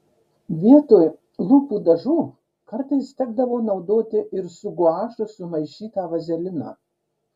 vietoj lūpų dažų kartais tekdavo naudoti ir su guašu sumaišytą vazeliną